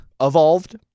Evolved